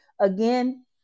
Again